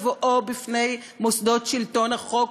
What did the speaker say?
בבואו בפני מוסדות שלטון החוק,